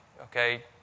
okay